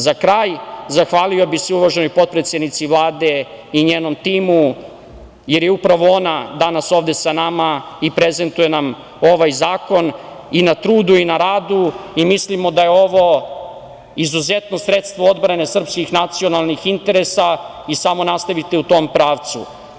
Za kraj, zahvalio bi se uvaženoj potpredsednici Vlade i njenom timu, jer je upravo ona danas ovde sa nama i prezentuje nam ovaj zakon, i na trudu i na radu i mislimo da je ovo izuzetno sredstvo odbrane srpskih nacionalnih interesa, i samo nastavite u tom pravcu.